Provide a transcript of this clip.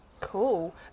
Cool